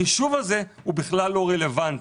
החישוב הזה הוא בכלל לא רלוונטי.